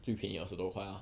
最便宜二十多 mah